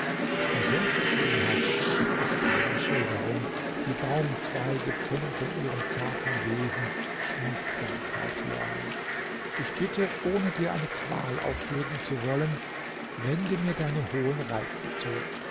für solche schönheit gibt es keine schilderung die baumzweige können von ihrem zarten wesen schmiegsamkeit lernen ich bitte ohne dir eine qual aufbürden zu wollen wende mir deine hohen reize zu